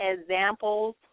examples